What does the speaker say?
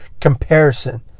comparison